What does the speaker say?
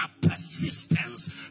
persistence